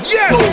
yes